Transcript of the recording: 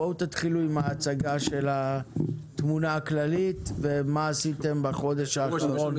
תתחילו עם הצגת התמונה הכללית ומה עשיתם בחודש האחרון.